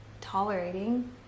tolerating